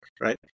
Right